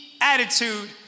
attitude